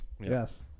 Yes